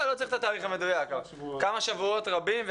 לא צריך את התאריך המדויק, מדובר בשבועות רבים.